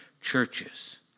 churches